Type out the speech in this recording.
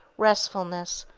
restfulness,